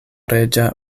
reĝa